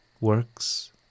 works